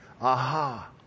aha